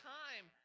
time